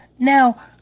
Now